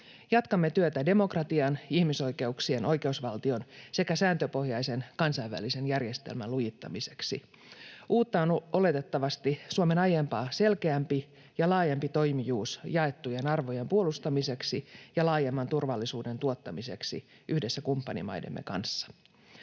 Jatkamme työtä demokratian, ihmisoikeuksien, oikeusvaltion sekä sääntöpohjaisen kansainvälisen järjestelmän lujittamiseksi. Uutta on oletettavasti Suomen aiempaa selkeämpi ja laajempi toimijuus jaettujen arvojen puolustamiseksi ja laajemman turvallisuuden tuottamiseksi yhdessä kumppanimaidemme kanssa.